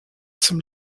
zum